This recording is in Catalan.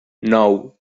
nou